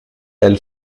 elle